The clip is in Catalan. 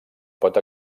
pot